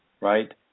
right